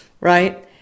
right